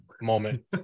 moment